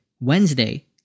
Wednesday